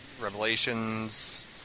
revelations